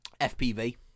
FPV